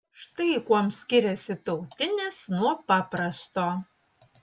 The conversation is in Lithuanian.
štai kuom skiriasi tautinis nuo paprasto